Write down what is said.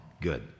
good